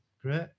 great